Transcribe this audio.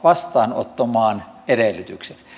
vastaanottomaan edellytykset